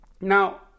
Now